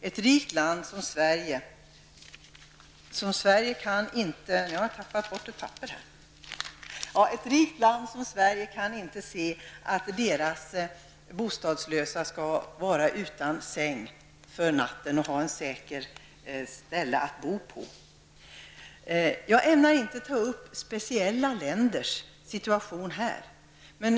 Ett rikt land som Sverige kan inte acceptera att de bostadslösa är utan säng för natten och får ett säkert ställe att bo på. Jag ämnar inte ta upp speciella länders situation.